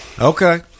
Okay